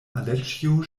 aleĉjo